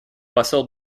посол